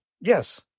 Yes